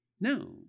No